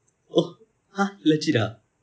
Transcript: oh !huh! legit ah